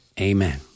Amen